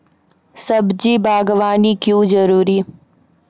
सब्जी बागवानी क्यो जरूरी?